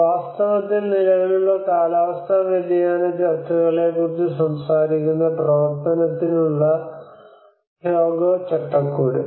വാസ്തവത്തിൽ നിലവിലുള്ള കാലാവസ്ഥാ വ്യതിയാന ചർച്ചകളെക്കുറിച്ച് സംസാരിക്കുന്ന പ്രവർത്തനത്തിനുള്ള ഹ്യോഗോ ചട്ടക്കൂട്